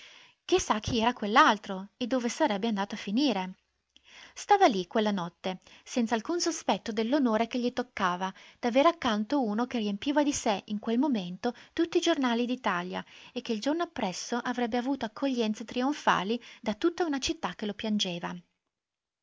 sa chi era quell'altro e dove sarebbe andato a finire stava lì quella notte senza alcun sospetto dell'onore che gli toccava d'avere accanto uno che riempiva di sé in quel momento tutti i giornali d'italia e che il giorno appresso avrebbe avuto accoglienze trionfali da tutta una città che lo piangeva